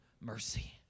mercy